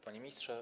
Panie Ministrze!